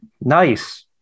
Nice